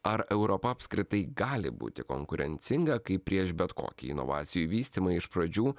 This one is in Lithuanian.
ar europa apskritai gali būti konkurencinga kaip prieš bet kokį inovacijų vystymą iš pradžių